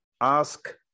ask